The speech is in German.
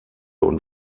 und